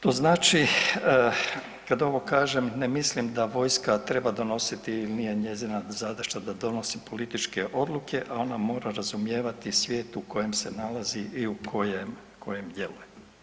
To znači, kad ovo kažem, ne mislim da vojska treba donositi, nije njezina zadaća da donosi političke odluke, a ona mora razumijevati svijetu u kojem se nalazi i u kojem djeluje.